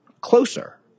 closer